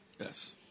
Yes